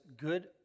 good